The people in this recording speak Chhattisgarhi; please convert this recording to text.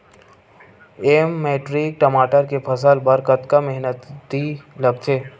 एक मैट्रिक टमाटर के फसल बर कतका मेहनती लगथे?